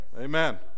Amen